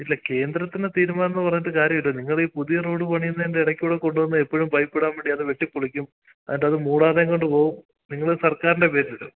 ഇല്ല കേന്ദ്രത്തിൻ്റെ തീരുമാനം പറഞ്ഞിട്ട് കാര്യമില്ല നിങ്ങൾ ഈ പുതിയ റോഡ് പണിയുന്നതിൻ്റെ ഇടയിൽ കൂടെ കൊണ്ട് വന്ന് എപ്പഴും പൈപ്പിടാൻ വേണ്ടി അത് വെട്ടി പൊളിക്കും എന്നിട്ടത് മൂടാതെ അങ്ങോട്ട് പോവും നിങ്ങൾ സർക്കാരിൻ്റെ പേരിലിടും